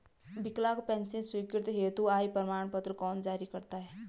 विकलांग पेंशन स्वीकृति हेतु आय प्रमाण पत्र कौन जारी करता है?